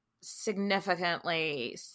significantly